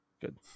Good